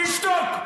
תשתוק.